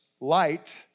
light